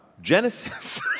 Genesis